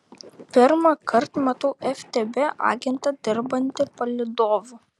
pirmąkart matau ftb agentą dirbantį palydovu